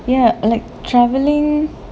ya like travelling